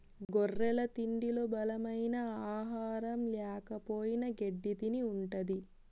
గొర్రెల తిండిలో బలమైన ఆహారం ల్యాకపోయిన గెడ్డి తిని ఉంటది